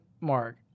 mark